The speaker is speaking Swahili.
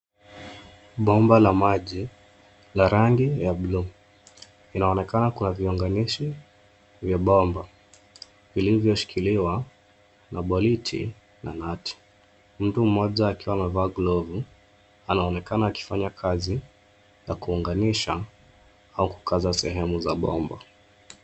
Bomba la maji la rangi ya bluu linaonekana, kuna viunganishi vya bomba vilivyoshikiliwa na boliti na nati. Mtu mmoja, akiwa amevaa glovu, anaonekana akifanya kazi ya kuunganisha au kukaza sehemu za bomba.